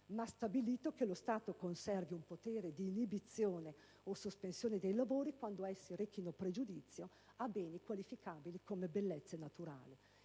ha stabilito che lo Stato conservi un potere di inibizione o sospensione dei lavori quando essi rechino pregiudizio a beni qualificabili come bellezze naturali.